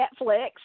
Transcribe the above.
Netflix